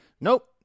Nope